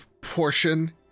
portion